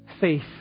faith